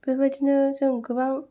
बेबायदिनो जों गोबां